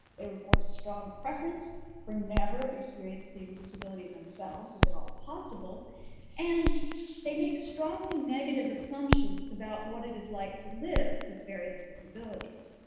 they report a strong preference for never experiencing disability themselves if at all possible and they make strongly negative assumptions about what it is like to live with various disabilities.